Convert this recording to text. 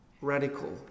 radical